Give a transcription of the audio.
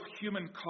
human